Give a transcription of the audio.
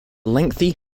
lengthy